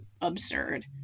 absurd